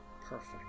perfect